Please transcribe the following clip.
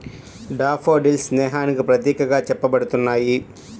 daffodils స్నేహానికి ప్రతీకగా చెప్పబడుతున్నాయి